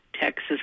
Texas